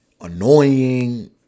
annoying